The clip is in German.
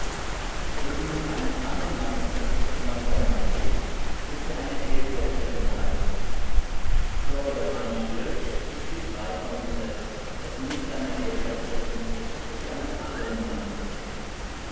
wo sie nun eines andern mannes wird solange der mann lebt wird sie eine ehebrecherin geheißen so aber der mann stirbt ist sie frei vom gesetz daß sie nicht eine ehebrecherin ist wo sie eines andern mannes wird